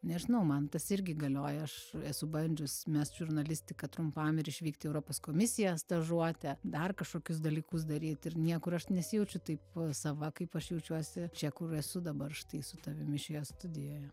nežinau man tas irgi galioja aš esu bandžius mest žurnalistiką trumpam ir išvykti į europos komisiją stažuotę dar kažkokius dalykus daryt ir niekur aš nesijaučiu taip sava kaip aš jaučiuosi čia kur esu dabar štai su tavimi šioje studijoje